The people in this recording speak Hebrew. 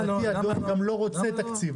הדואר לא רוצה תקציב.